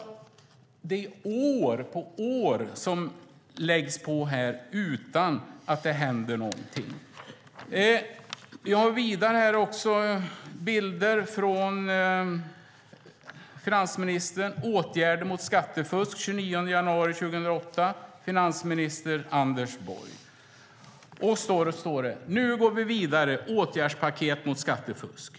År på år läggs på utan att något händer. Jag har fler bilder med texter om finansministern. Det är åtgärder mot skattefusk, från den 29 januari 2008 och finansminister Anders Borg. Vidare står det att man nu går vidare med åtgärdspaket mot skattefusk.